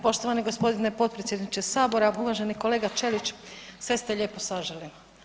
Poštovani gospodine potpredsjedniče sabora, uvaženi kolega Ćelić sve ste lijepo saželi.